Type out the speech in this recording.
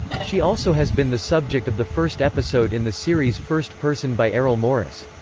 she also has been the subject of the first episode in the series first person by errol morris.